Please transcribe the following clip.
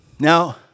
Now